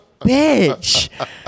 bitch